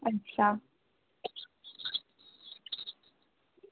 अच्छा